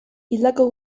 hildako